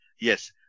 Yes